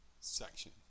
section